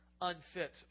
unfit